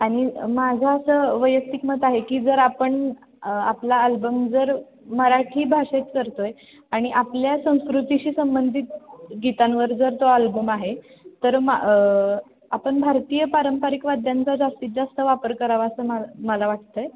आणि माझं असं वैयक्तिक मत आहे की जर आपण आपला अल्बम जर मराठी भाषेत करत आहे आणि आपल्या संस्कृतीशी संबंधित गीतांवर जर तो अल्बम आहे तर मा आपण भारतीय पारंपरिक वाद्यांचा जास्तीत जास्त वापर करावा असं मा मला वाटत आहे